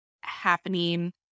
happening